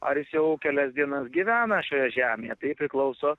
ar jis jau kelias dienas gyvena šioje žemėje tai priklauso